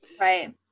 Right